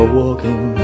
walking